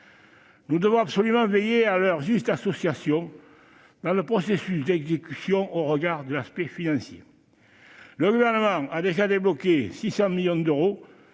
Nous devons absolument veiller à leur juste association dans le processus d'exécution, au regard de l'aspect financier. Le Gouvernement a déjà débloqué 600 millions d'euros